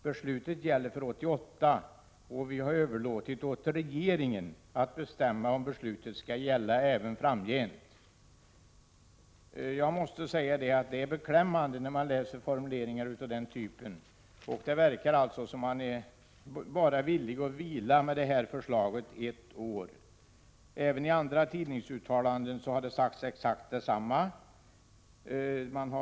Beslutet gäller för 1988 och vi har överlåtit åt regeringen att bestämma om beslutet ska gälla även framgent.” Det är beklämmande att läsa formuleringar av den typen. Det förefaller som om man är villig att låta det här förslaget vila bara ett år. Man har nämligen även i andra tidningsuttalanden sagt exakt detsamma.